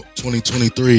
2023